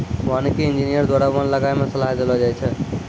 वानिकी इंजीनियर द्वारा वन लगाय मे सलाह देलो जाय छै